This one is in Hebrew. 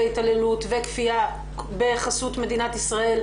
התעללות וכפייה בחסות מדינת ישראל,